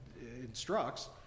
instructs